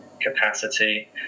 capacity